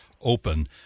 open